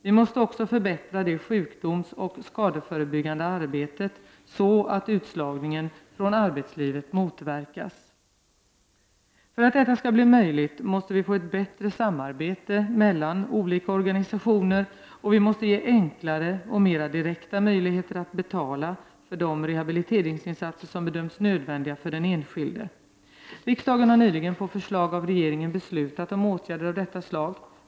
Vi måste också förbättra det sjukdomsoch skadeförebyggande arbetet så att utslagningen från arbetslivet motverkas. För att detta skall bli möjligt måste vi få ett bättre samarbete mellan olika organisationer, och vi måste ge enklare och mera direkta möjligheter att betala för de rehabiliteringsinsatser som bedöms nödvändiga för den enskilde. Riksdagen har nyligen på förslag av regeringen beslutat om åtgärder av detta slag.